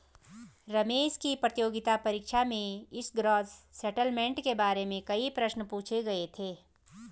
रमेश की प्रतियोगिता परीक्षा में इस ग्रॉस सेटलमेंट के बारे में कई प्रश्न पूछे गए थे